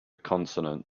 consonant